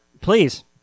Please